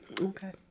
Okay